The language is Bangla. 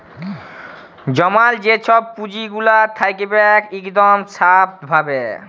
জমাল যে ছব পুঁজিগুলা থ্যাকবেক ইকদম স্যাফ ভাবে